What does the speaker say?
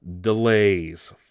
delays